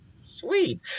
Sweet